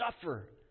suffer